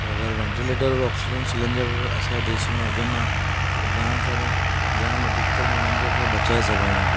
त अगरि ventilator oxygen cylinder असांजे देश में हुजनि हा तो जाम सारा जाम अधिकतर माण्हुनि खे असां बचाए सघऊं हा